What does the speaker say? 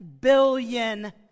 billion